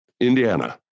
Indiana